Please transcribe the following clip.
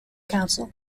council